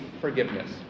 forgiveness